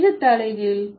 எது தலைகீழ்